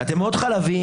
אתם מאוד חלביים,